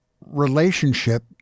Relationship